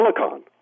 silicon